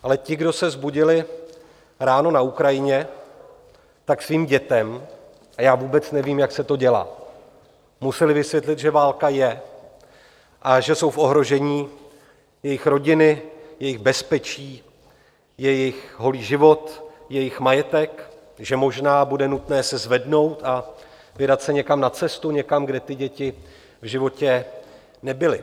Ale ti, kdo se vzbudili ráno na Ukrajině, tak svým dětem, a já vůbec nevím, jak se to dělá, museli vysvětlit, že válka je a že jsou v ohrožení jejich rodiny, jejich bezpečí, jejich holý život, jejich majetek, že možná bude nutné se zvednout a vydat se někam na cestu, někam, kde ty děti v životě nebyly.